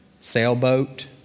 sailboat